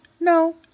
no